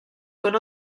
con